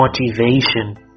Motivation